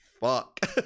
fuck